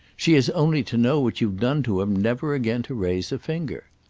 she has only to know what you've done to him never again to raise a finger.